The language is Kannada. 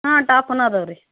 ಹಾಂ ಟಾಪನೂ ಅದಾವೆ ರೀ